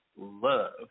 love